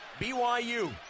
BYU